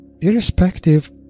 Irrespective